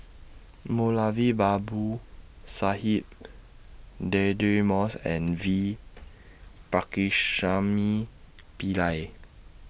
Moulavi Babu Sahib Deirdre Moss and V Pakirisamy Pillai